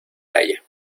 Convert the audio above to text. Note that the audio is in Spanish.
haya